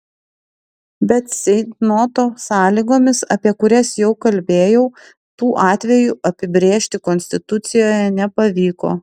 bet ceitnoto sąlygomis apie kurias jau kalbėjau tų atvejų apibrėžti konstitucijoje nepavyko